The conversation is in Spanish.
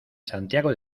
santiago